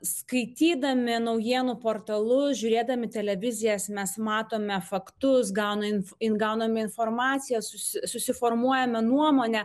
skaitydami naujienų portalu žiūrėdami televiziją mes matome faktus gauna info ir gauname informacijos susiformuojame nuomonę